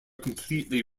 completely